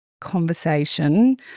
conversation